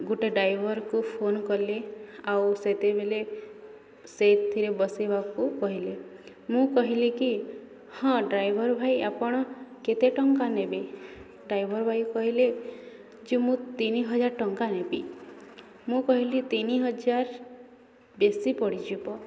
ଗୋଟେ ଡ୍ରାଇଭର୍କୁ ଫୋନ୍ କଲେ ଆଉ ସେତେବେଳେ ସେଥିରେ ବସିବାକୁ କହିଲେ ମୁଁ କହିଲି କି ହଁ ଡ୍ରାଇଭର୍ ଭାଇ ଆପଣ କେତେ ଟଙ୍କା ନେବେ ଡ୍ରାଇଭର୍ ଭାଇ କହିଲେ ଯେ ମୁଁ ତିନି ହଜାର ଟଙ୍କା ନେବି ମୁଁ କହିଲି ତିନି ହଜାର ବେଶି ପଡ଼ିଯିବ